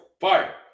fire